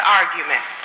argument